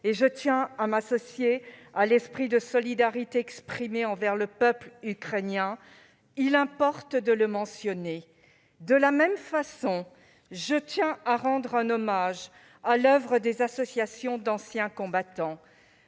et je tiens à m'associer à l'esprit de solidarité exprimé envers le peuple ukrainien -; il importe de le mentionner. De la même façon, je tiens à rendre hommage à l'oeuvre des associations d'anciens combattants.